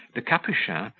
the capuchin,